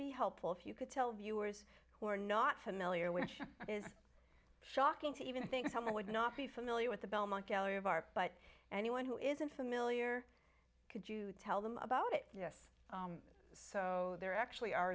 be helpful if you could tell viewers who are not familiar with it is shocking to even think someone would not be familiar with the belmont gallery of art but anyone who isn't familiar could you tell them about it yes so there actually are